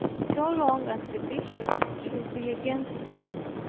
so long as the bishop should be against me.